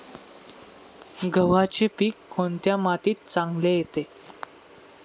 गव्हाचे पीक कोणत्या मातीत चांगले येते?